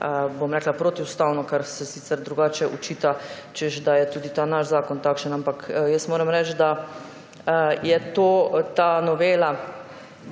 bom rekla, protiustavno. Kar se sicer drugače očita, češ da je tudi ta naš zakon takšen. Ampak moram reči, da je ta novela,